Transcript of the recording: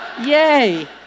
Yay